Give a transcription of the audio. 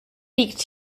liegt